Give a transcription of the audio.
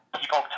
people